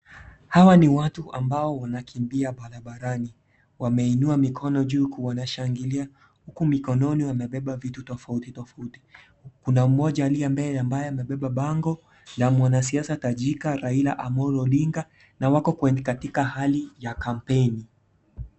Hawa ni watu ambao wanakimbia barabarani, wameinua mikono juu huku wanashangilia huku mikononi wamebeba vitu tofautitofauti, kuna mmoja aliye mbele ambaye amebeba bango na mwanasiasa tajika Raila Amolo Odinga na wako kwenye katika hali ya kampeni.